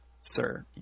Sir